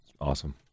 awesome